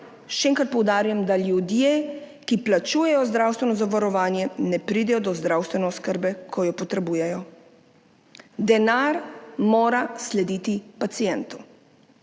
še enkrat poudarjam, da ljudje, ki plačujejo zdravstveno zavarovanje, ne pridejo do zdravstvene oskrbe, ko jo potrebujejo. Denar mora slediti pacientu.